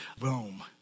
Rome